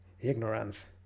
ignorance